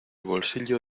bolsillo